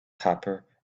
copper